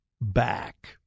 back